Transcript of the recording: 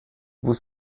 vous